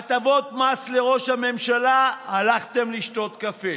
הטבות מס לראש הממשלה, הלכתם לשתות קפה,